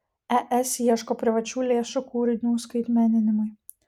es ieško privačių lėšų kūrinių skaitmeninimui